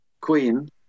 Queen